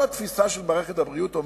כל התפיסה של מערכת הבריאות אומרת: